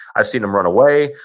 i've seen them run away.